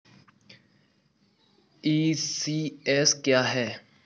ECS क्या है?